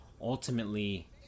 ultimately